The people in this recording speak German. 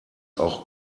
auch